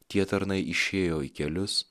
tie tarnai išėjo į kelius